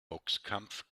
boxkampf